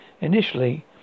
initially